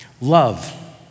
Love